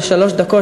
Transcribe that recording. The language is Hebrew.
של שלוש דקות,